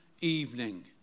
evening